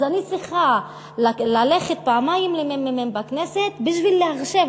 אז אני צריכה ללכת פעמיים לממ"מ בכנסת בשביל לחשב,